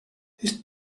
his